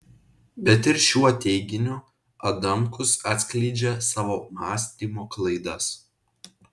bet ir šiuo teiginiu adamkus atskleidžia savo mąstymo klaidas